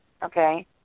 Okay